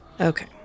Okay